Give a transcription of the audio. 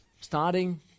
Starting